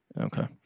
Okay